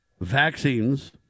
vaccines